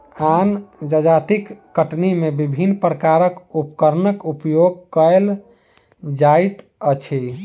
आन जजातिक कटनी मे विभिन्न प्रकारक उपकरणक प्रयोग कएल जाइत अछि